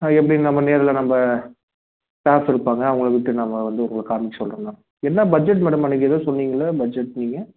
எப்படியும் நம்ம நேர்ல நம்ம க்லாஸ் இருப்பாங்கள் அவங்களை விட்டு நாம வந்து உங்குளுக்கு காமிக்கச் சொல்கிறேன் மேடம் என்ன பட்ஜெட் மேடம் அன்றைக்கு ஏதோ சொன்னீங்கல்ல பட்ஜெட் நீங்கள்